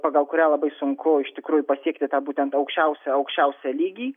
pagal kurią labai sunku iš tikrųjų pasiekti tą būtent aukščiausią aukščiausią lygį